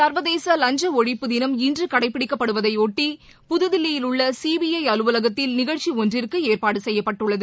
சர்வதேசலஞ்சஷழிப்பு தினம் இன்றுகடைப்பிடிக்கபடுவதைகுட்ட புதுதில்லியில் உள்ளசிபிஐஅலுவலகத்தில் நிகழ்ச்சிஒன்றிற்குஏற்பாடுசெய்ளப்பட்டுள்ளது